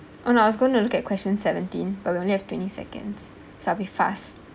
oh no I was going to look at question seventeen but only have twenty seconds so I'll be fast